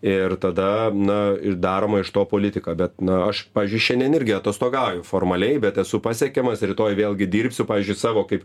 ir tada na ir daroma iš to politika bet na aš pavyzdžiui šiandien irgi atostogauju formaliai bet esu pasiekiamas rytoj vėlgi dirbsiu pavyzdžiui savo kaip